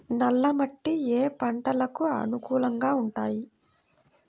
నల్ల మట్టి ఏ ఏ పంటలకు అనుకూలంగా ఉంటాయి?